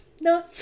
No